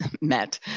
met